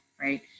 right